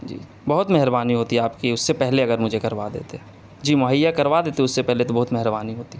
جی بہت مہربانی ہوتی آپ کی اس سے پہلے اگر مجھے کروا دیتے جی مہیا کروا دیتے اس سے پہلے تو بہت مہربانی ہوتی